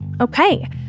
Okay